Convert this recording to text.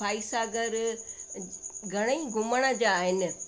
फोई सागर घणेई घुमण जा आहिनि